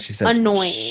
annoying